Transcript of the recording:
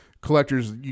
collectors